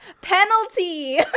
Penalty